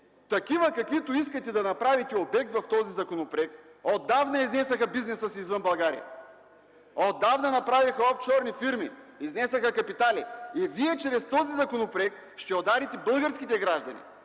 елементи, каквито искате да направите обект в този законопроект, отдавна изнесоха бизнеса си извън България. Отдавна направиха офшорни фирми, изнесоха капитали. Чрез този законопроект Вие ще ударите българските граждани,